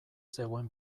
zegoen